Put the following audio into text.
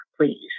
please